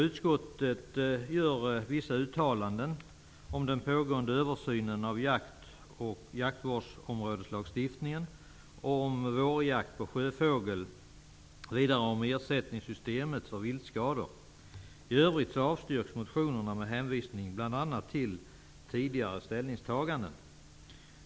Utskottet gör vissa uttalanden om den pågående översynen av jakt, jaktvårdsområdeslagstiftningen och vårjakten på sjöfågel. Vidare gäller det ersättningssystemet för viltskador. I övrigt avstyrks motionerna med hänvisning bl.a. till tidigare ställningstaganden.